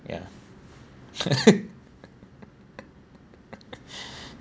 ya